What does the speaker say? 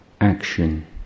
action